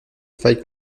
failles